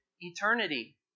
eternity